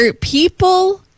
people